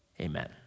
amen